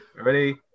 Ready